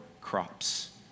crops